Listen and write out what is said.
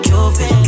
Cupid